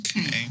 Okay